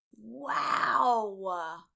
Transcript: Wow